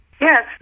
Yes